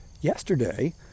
Yesterday